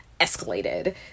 escalated